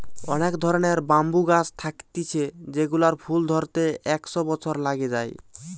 অনেক ধরণের ব্যাম্বু গাছ থাকতিছে যেগুলার ফুল ধরতে একশ বছর লাগে যায়